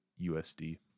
USD